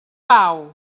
pau